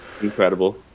Incredible